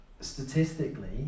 statistically